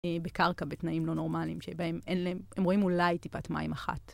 בקרקע, בתנאים לא נורמליים, שבהם הם רואים אולי טיפת מים אחת.